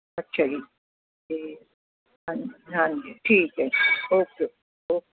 ਅੱਛਾ ਜੀ ਅਤੇ ਹਾਂਜੀ ਠੀਕ ਹੈ ਓਕੇ ਓਕੇ